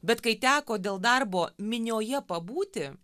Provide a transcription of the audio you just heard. bet kai teko dėl darbo minioje pabūti